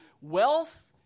Wealth